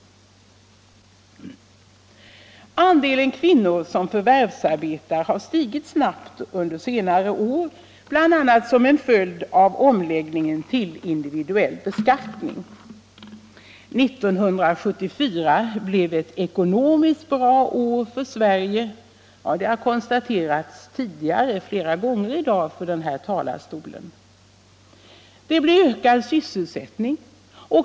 Andelen kvinnor som förvärvsarbetar har stigit snabbt under senare år, bl.a. som en följd av omläggningen till individuell beskattning. 1974 blev ett ekonomiskt bra år för Sverige — det har konstaterats flera gånger tidigare i dag från kammarens talarstol — med ökad sysselsättning.